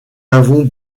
avons